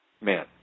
man